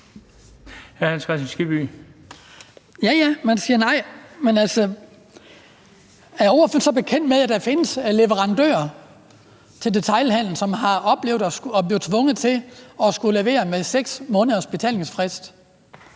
Ja, ja, man siger nej. Men er ordføreren så bekendt med, at der findes leverandører til detailhandelen, som har oplevet at blive tvunget til at skulle levere med 6 måneders betalingsfrist?